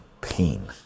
pain